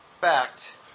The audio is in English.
fact